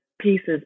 pieces